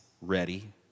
ready